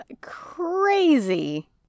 crazy